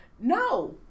No